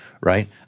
right